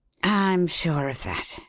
i'm sure of that,